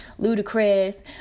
Ludacris